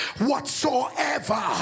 whatsoever